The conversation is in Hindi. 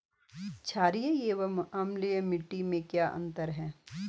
छारीय एवं अम्लीय मिट्टी में क्या अंतर है?